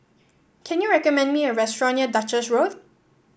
can you recommend me a restaurant near Duchess Road